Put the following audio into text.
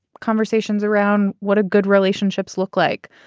conversations around what a good relationships look like.